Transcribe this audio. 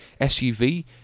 SUV